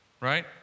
Right